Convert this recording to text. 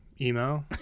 Emo